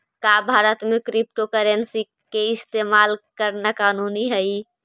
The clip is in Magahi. का भारत में क्रिप्टोकरेंसी के इस्तेमाल करना कानूनी हई?